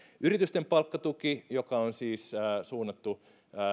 yritysten palkkatuki joka on siis suunnattu